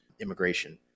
immigration